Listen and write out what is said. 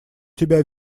тебя